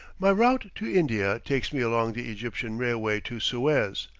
my route to india takes me along the egyptian railway to suez,